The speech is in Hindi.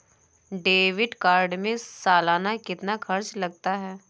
डेबिट कार्ड में सालाना कितना खर्च लगता है?